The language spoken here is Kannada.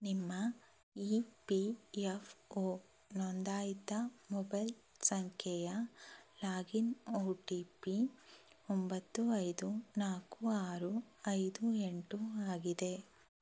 ನಿಮ್ಮ ಇ ಪಿ ಎಫ್ ಒ ನೋಂದಾಯಿತ ಮೊಬೈಲ್ ಸಂಖ್ಯೆಯ ಲಾಗಿನ್ ಒ ಟಿ ಪಿ ಒಂಬತ್ತು ಐದು ನಾಲ್ಕು ಆರು ಐದು ಎಂಟು ಆಗಿದೆ